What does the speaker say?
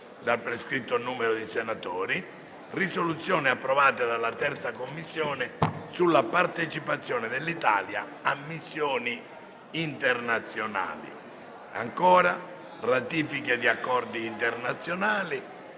dal prescritto numero di senatori, risoluzioni approvate dalla 3a Commissione sulla partecipazione dell'Italia a missioni internazionali; ratifiche di accordi internazionali;